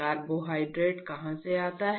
carbohydrate कहाँ से आता है